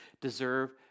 deserve